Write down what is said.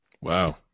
Wow